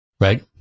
Right